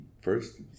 first